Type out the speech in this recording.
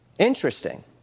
Interesting